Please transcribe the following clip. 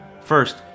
First